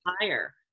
higher